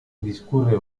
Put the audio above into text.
discurre